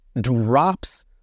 drops